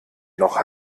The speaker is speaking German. noch